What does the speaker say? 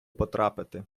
потрапити